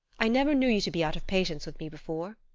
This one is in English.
i never knew you to be out of patience with me before.